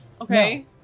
Okay